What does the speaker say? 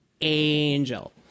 angel